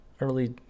early